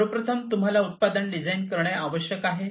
तर सर्वप्रथम तुम्हाला उत्पादन डिझाइन करणे आवश्यक आहे